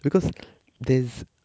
because there's